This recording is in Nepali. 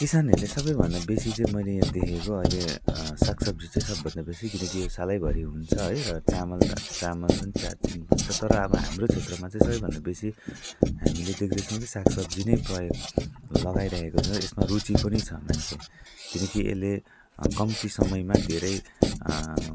किसानहरूले सबभन्दा बेसी चाहिँ मैले देखेको अहिले साग सब्जी चाहिँ सबभन्दा बेसी किनकि यो सालभरि हुन्छ है र चामल चामल पनि हुन्छ तर अब हाम्रो क्षेत्रमा चाहिँ सबभन्दा बेसी हामीले देख्दै छौँ कि साग सब्जी नै प्रयोग लगाइरहेको यसमा रुचि पनि छ मान्छे किनकि यसले कम्ती समयमा धेरै